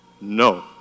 No